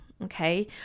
Okay